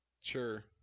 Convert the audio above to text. Sure